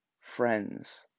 friends